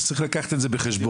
צריך לקחת את זה בחשבון,